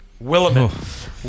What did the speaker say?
Willamette